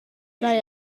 they